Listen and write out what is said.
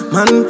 Man